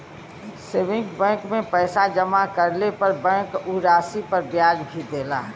saving bank में पैसा जमा करले पर बैंक उ राशि पर ब्याज भी देला